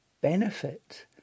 benefit